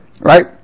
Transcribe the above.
Right